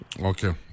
Okay